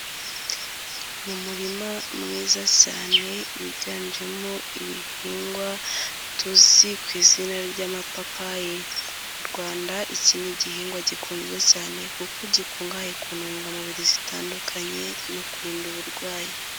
Ni umurima mwiza cyane wiganjemo ibihingwa tuzi ku izina ry'amapapayi. Mu Rwanda iki ni igihingwa gikunzwe cyane kuko gikungahaye ku ntungamubiri zitandukanye no kurinda uburwayi.